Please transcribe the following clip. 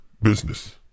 Business